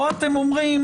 או אתם אומרים